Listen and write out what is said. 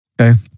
Okay